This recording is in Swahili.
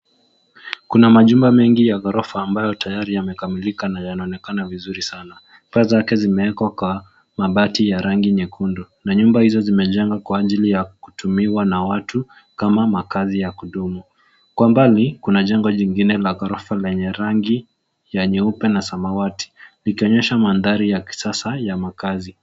Kuna majumba mengi ya ghorofa ambayo tayari yamekamilika na yanaonekana vizuri sana. Paa zake zimeekwa kwa mabati ya rangi nyekundu na nyumba hizo zimejengwa kwa ajili ya kutumiwa na watu kama makaazi ya kudumu. Kwa mbali kuna jengo lingine la ghorofa lenye rangi ya nyeupe na samawati likionyesha mandhari ya kisasa ya makazi.